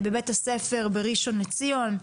בבית הספר בראשון לציון.